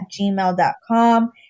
gmail.com